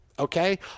Okay